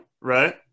right